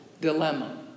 dilemma